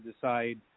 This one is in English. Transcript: decide